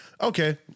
Okay